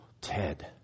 Ted